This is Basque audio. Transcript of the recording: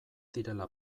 direla